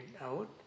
out